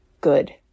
good